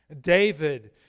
David